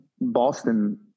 Boston